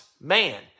man